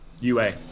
UA